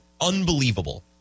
unbelievable